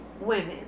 women